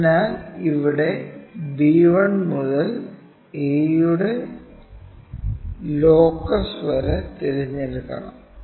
അതിനാൽ ഇവിടെ b 1 മുതൽ a യുടെ ലോക്കസ് വരെ തിരഞ്ഞെടുക്കണം